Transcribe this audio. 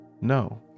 No